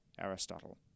Aristotle